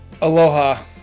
Aloha